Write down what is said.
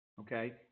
Okay